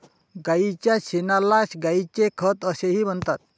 गायीच्या शेणाला गायीचे खत असेही म्हणतात